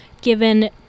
given